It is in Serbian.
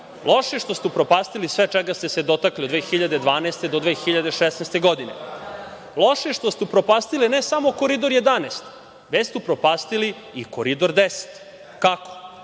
Loše je što ste upropastili sve čega ste se dotakli od 2012. do 2016. godine. Loše je što ste upropastili, ne samo Koridor 11, već ste upropastili i Koridor 10.Kako?